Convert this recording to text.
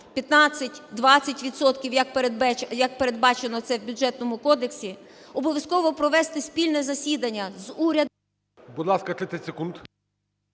як передбачено це в Бюджетному кодексі. Обов'язково провести спільне засідання з урядом… ГОЛОВУЮЧИЙ. Будь ласка, 30 секунд.